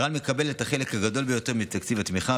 ער"ן מקבלת את החלק הגדול ביותר מתקציב התמיכה,